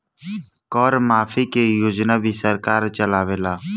कर माफ़ी के योजना भी सरकार चलावेला